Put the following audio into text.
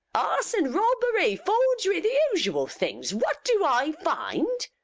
arson, robbery, forgery, the usual things. what do i find?